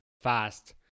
fast